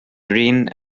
greene